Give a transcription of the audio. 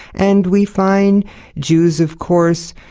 and we find jews of course,